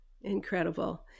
Incredible